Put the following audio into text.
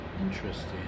Interesting